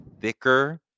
thicker